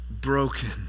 broken